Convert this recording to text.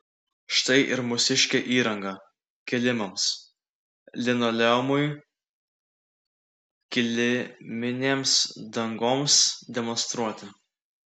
štai ir mūsiškė įranga kilimams linoleumui kiliminėms dangoms demonstruoti